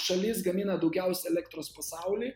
šalis gamina daugiausiai elektros pasauly